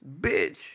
bitch